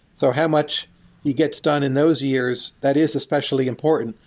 so how much he gets done in those years, that is especially important.